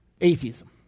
atheism